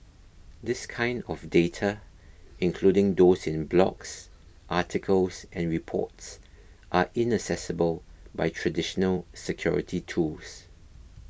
this kind of data including those in blogs articles and reports are inaccessible by traditional security tools